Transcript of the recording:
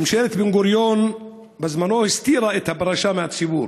ממשלת בן-גוריון בזמנו הסתירה את הפרשה מהציבור.